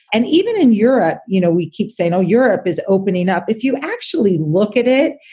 and even in europe, you know, we keep saying, oh, europe is opening up. if you actually look at it,